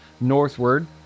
northward